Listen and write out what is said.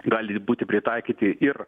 gali būti pritaikyti ir